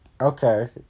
okay